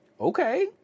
Okay